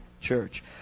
church